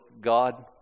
God